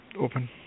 open